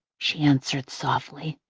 she answered softly.